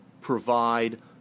provide